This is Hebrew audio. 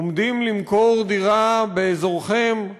עומדים למכור דירה באזורכם,